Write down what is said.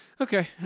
okay